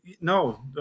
No